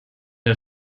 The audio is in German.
der